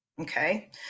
okay